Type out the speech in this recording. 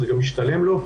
זה גם משתלם לו,